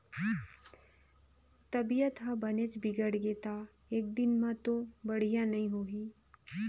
तबीयत ह बनेच बिगड़गे त एकदिन में तो बड़िहा नई होही